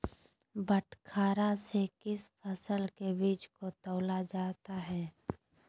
बटखरा से किस फसल के बीज को तौला जाता है?